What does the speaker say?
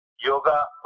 yoga